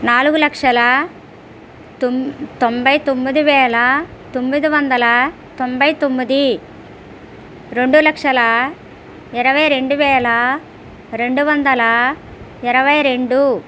నాలుగు లక్షల తొమ్ తొంభై తొమ్మిది వేల తొమ్మిది వందల తొంభై తొమ్మిది రెండు లక్షల ఇరవై రెండు వేల రెండు వందల ఇరవై రెండు